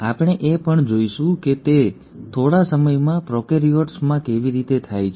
આપણે એ પણ જોઈશું કે તે થોડા સમયમાં પ્રોકેરીયોટ્સ માં કેવી રીતે થાય છે